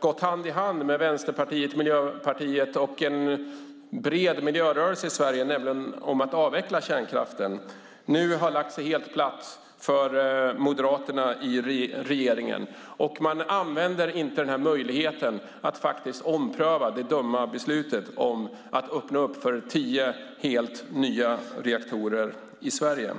gått hand i hand med Vänsterpartiet, Miljöpartiet och en bred miljörörelse i Sverige när det gäller att avveckla kärnkraften, nu har lagt sig helt platt för Moderaterna i regeringen. Man använder inte möjligheten att ompröva det dumma beslutet att öppna upp för tio helt nya reaktorer i Sverige.